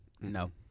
No